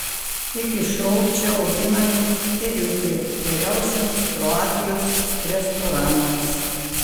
iki šiol čia auginami ėriukai geriausiems kroatijos restoranams